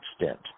extent